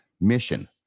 mission